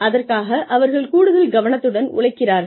அதற்காக அவர்கள் கூடுதல் கவனத்துடன் உழைக்கிறார்கள்